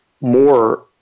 more